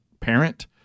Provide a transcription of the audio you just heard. parent